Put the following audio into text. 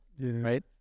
right